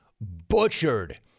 butchered